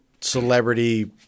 celebrity